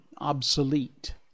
obsolete